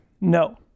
no